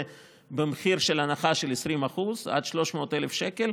במחיר של הנחה של 20% עד 300,000 שקל,